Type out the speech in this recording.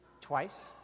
twice